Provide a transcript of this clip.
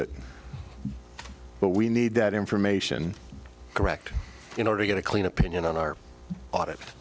it but we need that information correct in order to get a clean opinion on our